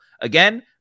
Again